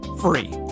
free